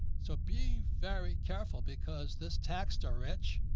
so be very careful because this taxed are rich.